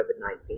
COVID-19